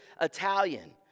Italian